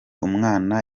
umwana